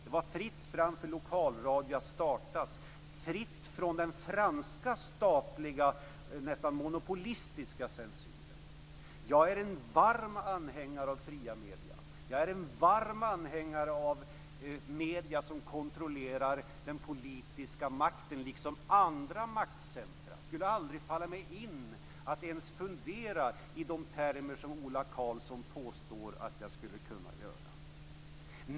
Det var fritt fram för lokalradion att startas, fritt från den franska, statliga, nästan monopolistiska censuren. Jag är en varm anhängare av fria medier som kontrollerar den politiska makten liksom andra maktcentrum. Det skulle aldrig falla mig in att ens fundera i de termer som Ola Karlsson påstår att jag skulle kunna göra.